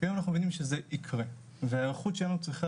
היום אנחנו מבינים שזה ייקרה והנוכחות שלנו צריכה